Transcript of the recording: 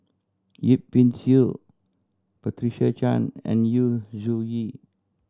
Yip Pin Xiu Patricia Chan and Yu Zhuye